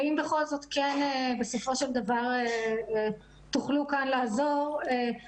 ואם בכל זאת כן בסופו של דבר תוכלו כאן לעזור --- אנחנו